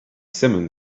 simum